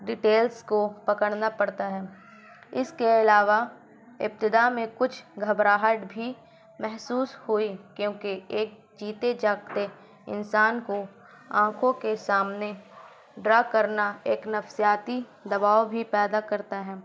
details کو پکڑنا پڑتا ہے اس کے علاوہ ابتدا میں کچھ گھبراہٹ بھی محسوس ہوئی کیونکہ ایک جیتے جاگتے انسان کو آنکھوں کے سامنے ڈرا کرنا ایک نفسیاتی دباؤ بھی پیدا کرتا ہے